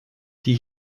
die